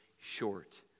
short